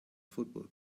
football